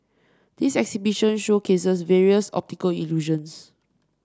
this exhibition showcases various optical illusions